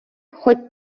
хоть